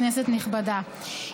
כנסת נכבדה,